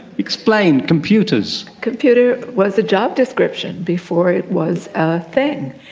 explain computers! computer was a job description before it was a thing,